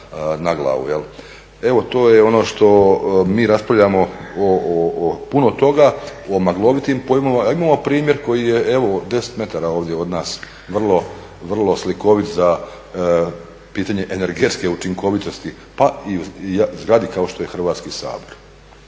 Evo to je ono što mi raspravljamo, o puno toga, o maglovitim pojmovima, a imamo primjer koji je deset metara ovdje od nas, vrlo slikovit za pitanje energetske učinkovitosti pa i u zgradi kao što je Hrvatski sabor.